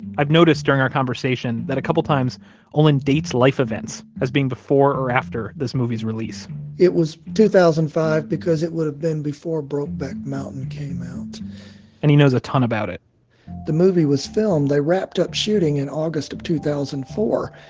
i've noticed during our conversation that a couple times olin dates life events as being before or after this movie's release it was two thousand and five, because it would have been before brokeback mountain came out and he knows a ton about it the movie was filmed they wrapped up shooting in august of two thousand and four.